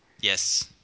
Yes